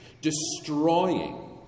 destroying